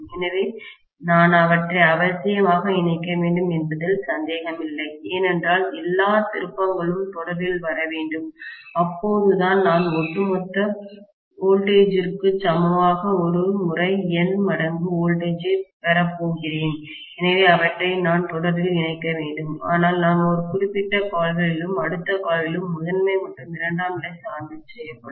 எனவே நான் அவற்றை அவசியமாக இணைக்க வேண்டும் என்பதில் சந்தேகமில்லை ஏனென்றால் எல்லா திருப்பங்களும் தொடரில் வர வேண்டும் அப்போதுதான் நான் ஒட்டுமொத்த வோல்டேஜ்ற்கு சமமாக ஒரு முறை N மடங்கு வோல்டேஜ் இப் பெறப் போகிறேன் எனவே அவற்றை நான் தொடரில் இணைக்க வேண்டும் ஆனால் நான் ஒரு குறிப்பிட்ட கால்களிலும் அடுத்த கால்களிலும் முதன்மை மற்றும் இரண்டாம் நிலை சாண்ட்விச் செய்யப்படும்